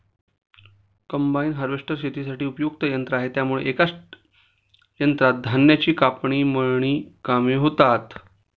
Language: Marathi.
कम्बाईन हार्वेस्टर शेतीसाठी उपयुक्त यंत्र आहे त्यामुळे एकाच यंत्रात धान्याची कापणी, मळणी कामे होतात